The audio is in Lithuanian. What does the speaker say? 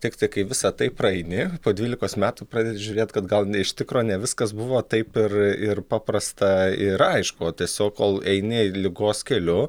tiktai kai visą tai praeini po dvylikos metų pradedi žiūrėti kad gal iš tikro ne viskas buvo taip ir ir paprasta ir aišku o tiesiog kol eini ligos keliu